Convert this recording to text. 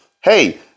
hey